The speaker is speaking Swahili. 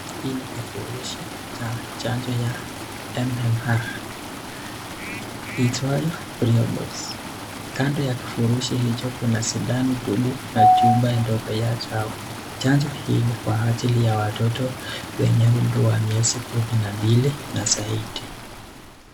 Hili ni kifurushi cha chanjo ya MMR itwayo Priorix Kando ya kifurushi hicho kuna sindano tupu na chupa ndogo ya dawa. Chanjo hii ni kwa ajili ya watoto wenye umri wa miezi 12 na zaidi.